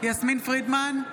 יסמין פרידמן,